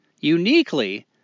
uniquely